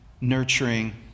nurturing